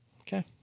Okay